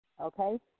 Okay